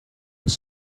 was